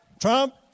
Trump